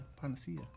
Panacea